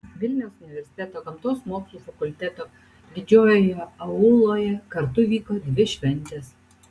vilniaus universiteto gamtos mokslų fakulteto didžiojoje auloje kartu vyko dvi šventės